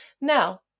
Now